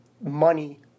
money